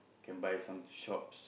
can buy some shops